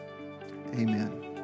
Amen